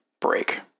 break